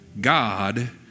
God